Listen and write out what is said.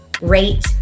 rate